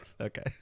Okay